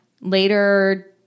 Later